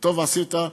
וטוב עשית.